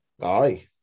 Aye